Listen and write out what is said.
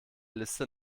liste